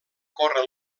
córrer